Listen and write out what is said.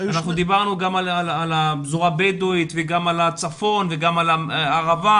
אנחנו דיברנו גם על הפזורה הבדואית וגם על הצפון וגם על הערבה,